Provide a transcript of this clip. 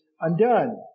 undone